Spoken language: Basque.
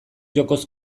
jokoz